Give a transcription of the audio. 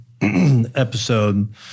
episode